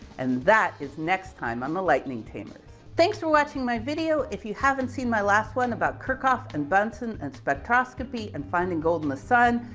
and that is next time on the lightening tamers. thanks for watching my video. if you haven't seen my last one about kirchhoff and bunsen and spectroscopy and finding gold in the sun,